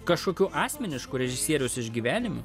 kažkokių asmeniškų režisieriaus išgyvenimų